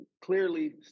clearly